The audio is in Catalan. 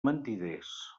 mentiders